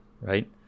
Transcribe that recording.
right